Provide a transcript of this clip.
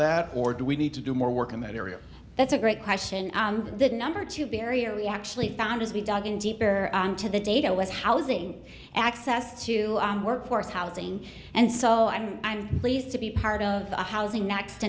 that or do we need to do more work in that area that's a great question the number two barrier we actually found as we dug in deeper into the data was housing access to workforce housing and so i'm i'm pleased to be part of a housing next